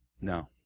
no